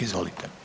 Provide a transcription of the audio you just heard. Izvolite.